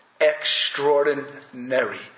extraordinary